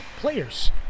players